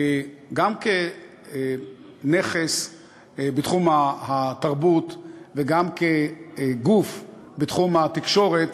גם כנכס בתחום התרבות וגם כגוף בתחום התקשורת,